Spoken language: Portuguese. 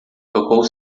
tocou